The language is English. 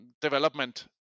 development